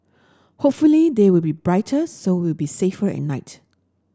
hopefully they will be brighter so it'll be safer at night